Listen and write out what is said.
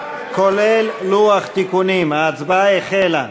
כולל לוח תיקונים, ההצבעה החלה.